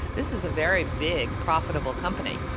this is a very big, profitable company.